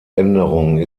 änderung